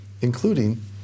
including